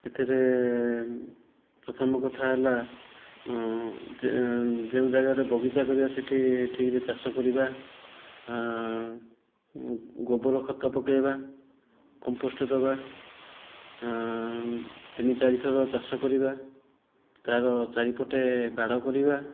ଏଥିରେ ପ୍ରଥମ କଥା ହେଲା ଯେଉଁ ଜାଗାରେ ବଗିଚା କରିବା ସେଇଠି ଠିକ୍ରେ ଚାଷ କରିବା ଗୋବର ଖତ ପକେଇବା କମ୍ପୋଷ୍ଟ ଦେବା ତିନି ଚାରିଥର ଚାଷ କରିବା ତାର ଚାରିପଟେ ବାଡ଼ କରିବା